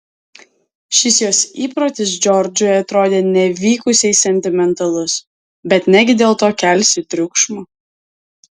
šis jos įprotis džordžui atrodė nevykusiai sentimentalus bet negi dėl to kelsi triukšmą